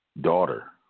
daughter